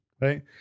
right